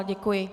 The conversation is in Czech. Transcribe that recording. Děkuji.